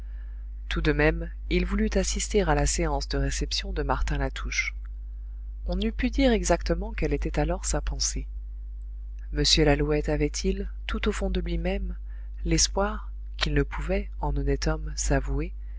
tout de même il voulut assister à la séance de réception de martin latouche on n'eût pu dire exactement quelle était alors sa pensée m lalouette avait-il tout au fond de lui-même l'espoir qu'il ne